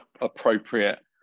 appropriate